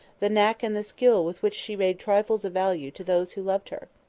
the knack and the skill with which she made trifles of value to those who loved her?